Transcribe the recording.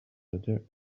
letter